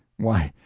why,